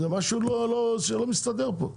זה משהו שלא מסתדר פה,